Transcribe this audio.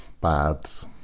bads